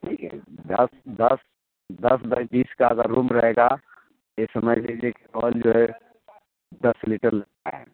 दस दस दस बाई बीस का अगर रूम रहेगा तो समझ लीजिए की रायल जो है दस लीटर लग जाएगा